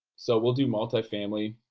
so we'll do multifamily.